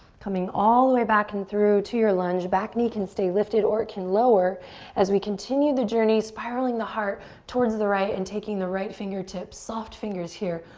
coming all the way back in through to your lunge. back knee can stay lifted or it can lower as we continue the journey, spiraling the heart towards the right and taking the right fingertips, soft fingers here,